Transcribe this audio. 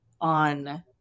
on